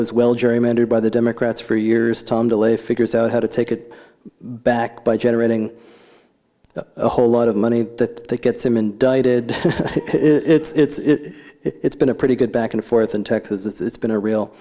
was well gerrymandered by the democrats for years tom de lay figures out how to take it back by generating a whole lot of money that they get some indicted it's it's been a pretty good back and forth in texas it's been a real